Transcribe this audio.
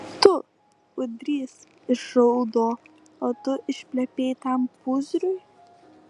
tu ūdrys išraudo tu išplepėjai tam pūzrui